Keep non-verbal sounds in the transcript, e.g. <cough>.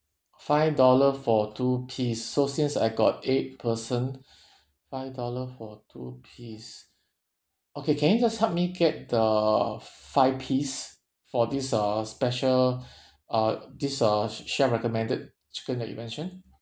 five dollar for two piece so since I got eight person <breath> five dollar for two piece okay can you just help me get the five piece for this uh special <breath> uh this uh chef recommended chicken that you mentioned